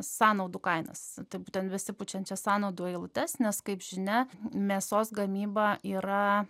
sąnaudų kainas tai būtent besipučiančias sąnaudų eilutes nes kaip žinia mėsos gamyba yra